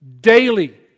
daily